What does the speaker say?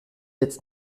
jetzt